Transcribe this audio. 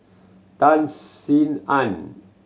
Tan Sin Aun